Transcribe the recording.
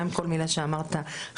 מילה שאמרת.